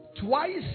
twice